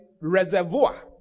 reservoir